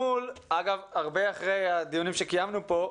הרבה אחרי הדיונים שקיימנו פה,